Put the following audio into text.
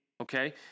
okay